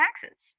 taxes